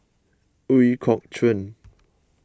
Ooi Kok Chuen